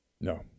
No